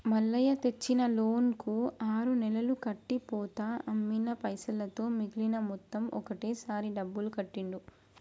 మల్లయ్య తెచ్చిన లోన్ కు ఆరు నెలలు కట్టి పోతా అమ్మిన పైసలతో మిగిలిన మొత్తం ఒకటే సారి డబ్బులు కట్టిండు